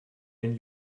den